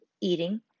eating